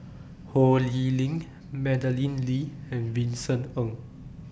Ho Lee Ling Madeleine Lee and Vincent Ng